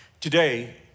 Today